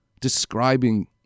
describing